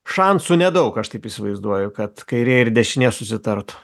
šansų nedaug aš taip įsivaizduoju kad kairė ir dešinė susitartų